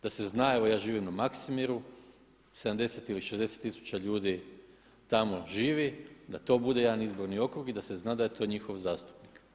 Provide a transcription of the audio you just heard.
Da se zna jel ja živim u Maksimiru, 70 ili 60 tisuća ljudi tamo živi, da to bude jedan izborni okrug i da se zna da je to njihov zastupnik.